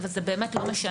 אבל זה באמת לא משנה.